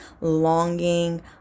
longing